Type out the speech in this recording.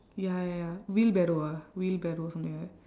ya ya wheelbarrow ah wheelbarrow something like that